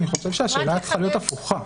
אני חושב שהשאלה צריכה להיות הפוכה.